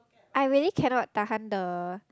I really cannot tahan the